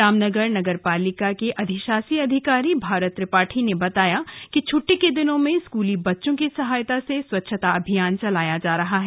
रामनगर नगर पालिका के अधिशासी अधिकारी भारत त्रिपाठी ने बताया कि छुट्टी के दिनों में स्कूली बच्चो की सहायता से स्वछता अभियान चलाया जा रहा है